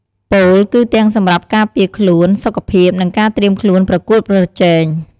ពោលគឺទាំងសម្រាប់ការការពារខ្លួន សុខភាព និងការត្រៀមខ្លួនប្រកួតប្រជែង។